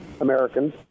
Americans